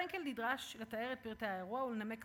פרנקל נדרש לתאר את פרטי האירוע ולנמק